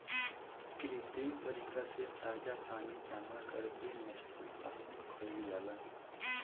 कृत्रिम तरीका से ताजा पानी जामा करके मछली पालन कईल जाला